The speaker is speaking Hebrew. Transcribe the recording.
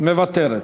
מוותרת.